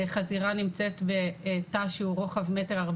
חזירה נמצאת בתא שהוא ברוחב 1.40 מטר,